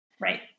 Right